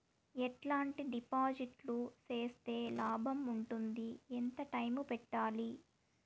ఎట్లాంటి డిపాజిట్లు సేస్తే లాభం ఉంటుంది? ఎంత టైము పెట్టాలి?